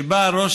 כשבא ראש